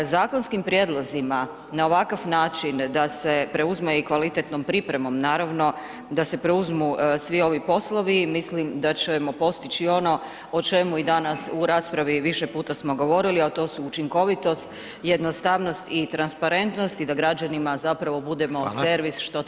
Zakonskim prijedlozima na ovakav način da se preuzme i kvalitetnom pripremom, naravno da se preuzmu svi ovi poslovi, mislim da ćemo postići ono o čemu i danas u raspravi više puta smo govorili a to su učinkovitost, jednostavnost i transparentnost i da građanima zapravo budemo servis što trebamo i biti.